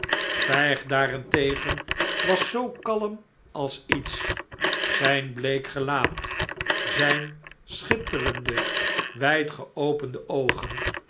vijg daarentegen was zoo kalm als iets zijn bleek gelaat zijn schitterende wijd geopende oogen